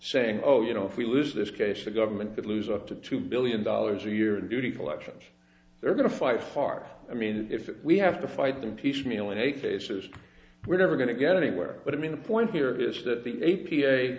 saying oh you know if we lose this case the government could lose up to two billion dollars a year in duty collections they're going to fight hard i mean if we have to fight them piecemeal in a cases we're never going to get anywhere but i mean the point here is that the a